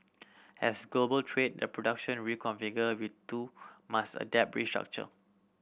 as global trade and production reconfigure we too must adapt restructure